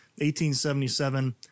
1877